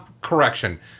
Correction